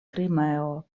krimeo